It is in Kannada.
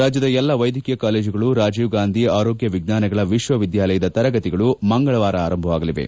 ರಾಜ್ಯದ ಎಲ್ಲಾ ವೈದ್ಯಕೀಯ ಕಾಲೇಜುಗಳು ರಾಜೀವ್ ಗಾಂಧಿ ಆರೋಗ್ಯ ವಿಜ್ಞಾನಗಳ ವಿಶ್ವವಿದ್ಯಾಲಯದ ತರಗತಿಗಳು ಮಂಗಳವಾರ ಆರಂಭವಾಗಲಿವೆ